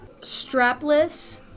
strapless